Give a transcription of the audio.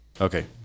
Okay